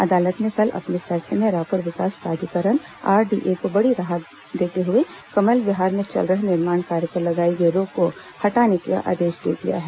अदालत ने कल अपने फैसले में रायपुर विकास प्राधिकरण आरडीए को बड़ी राहत देते हुए कमल विहार में चल रहे निर्माण कार्यों पर लगाई गई रोक को हटाने का आदेश दे दिया है